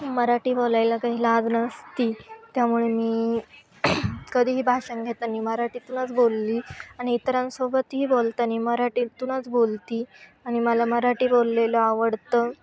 मराठी बोलायला काही लाज नसते त्यामुळे मी कधीही भाषण घेताना मराठीतूनच बोलली आणि इतरांसोबतही बोलताना मराठीतूनच बोलती आणि मला मराठी बोललेलं आवडतं